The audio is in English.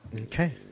Okay